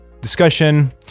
discussion